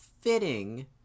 fitting